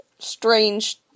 strange